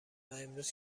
امروز